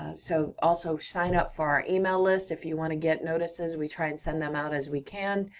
so, also, sign up for our email list if you wanna get notices, we try and send them out as we can.